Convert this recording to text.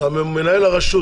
מנהל הרשות,